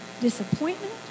disappointment